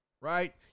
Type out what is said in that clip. right